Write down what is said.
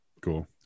Cool